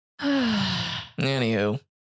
Anywho